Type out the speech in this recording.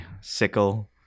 sickle